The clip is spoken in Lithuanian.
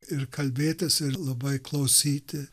ir kalbėtis ir labai klausyti